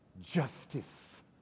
justice